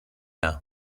now